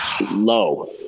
low